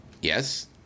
Yes